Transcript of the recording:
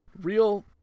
real